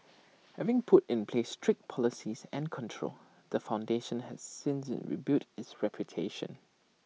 having put in place strict policies and controls the foundation has since rebuilt its reputation